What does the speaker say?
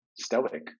stoic